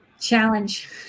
challenge